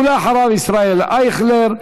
אחריו, ישראל אייכלר.